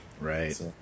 Right